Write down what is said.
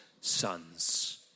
sons